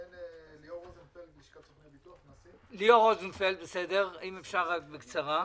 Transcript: ליאור רוזנפלד, אם מאפשר בקצרה.